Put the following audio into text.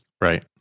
Right